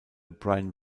brian